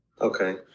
Okay